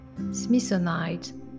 Smithsonite